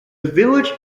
village